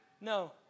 No